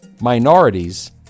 minorities